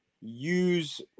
use